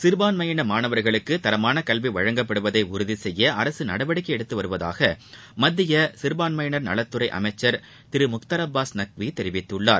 சிறுபான்மையின மாணவர்களுக்கு தரமான கல்வி வழங்கப்படுவதை உறுதிசெய்ய அரசு நடவடிக்கை எடுத்து வருவதாக மத்திய சிறுபான்மையினர் நலத்துறை அமைச்சர் திரு முக்தார் அப்பாஸ் நக்வி தெரிவித்துள்ளார்